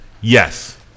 Yes